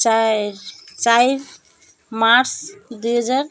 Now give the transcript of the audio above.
ଚାରି ଚାରି ମାର୍ଚ୍ଚ ଦୁଇ ହଜାର